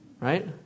right